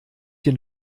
den